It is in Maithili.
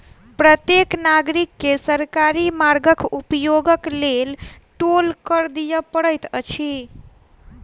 प्रत्येक नागरिक के सरकारी मार्गक उपयोगक लेल टोल कर दिअ पड़ैत अछि